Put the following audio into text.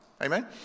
Amen